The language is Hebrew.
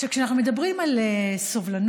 כשאנחנו מדברים על סובלנות,